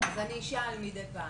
(הצגת מצגת)